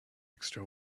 extra